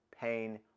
pain